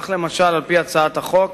למשל, על-פי הצעת החוק,